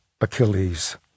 Achilles